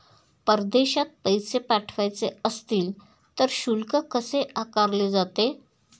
परदेशात पैसे पाठवायचे असतील तर शुल्क कसे आकारले जाते?